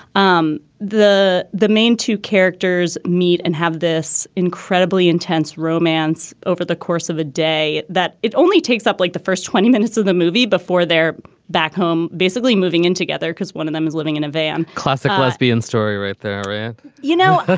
um the the main two characters meet and have this incredibly intense romance over the course of a day that it only takes up like the first twenty minutes of the movie before they're back home, basically moving in together because one of them is living in a van. classic lesbian story right there you know,